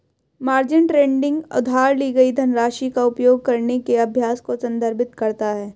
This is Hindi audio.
मार्जिन ट्रेडिंग उधार ली गई धनराशि का उपयोग करने के अभ्यास को संदर्भित करता है